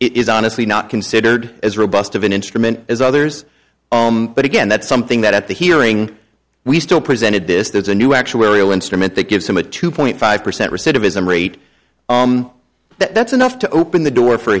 it is honestly not considered as robust of an instrument as others but again that's something that at the hearing we still presented this there's a new actuarial instrument that gives him a two point five percent recidivism rate that's enough to open the door for